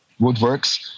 woodworks